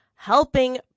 helping